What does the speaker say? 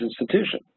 institution